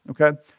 okay